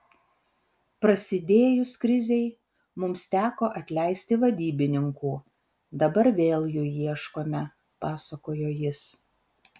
prasidėjus krizei mums teko atleisti vadybininkų dabar vėl jų ieškome pasakojo jis